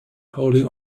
holding